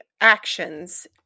actions